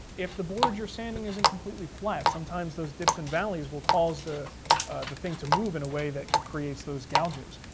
if the board you're sanding is incompletely flat sometimes those dips and valleys will cause the the thing to move in a way that creates those gouges.